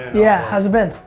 yeah, how's it been?